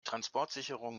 transportsicherung